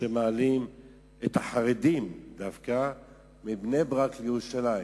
שמעלים את החרדים דווקא מבני-ברק לירושלים.